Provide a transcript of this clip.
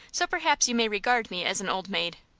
so perhaps you may regard me as an old maid.